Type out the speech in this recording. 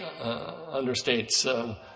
Understates